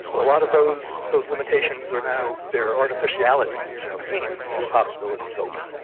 a lot of those those limitations are now, their artificiality is now seen and some new possibilities open.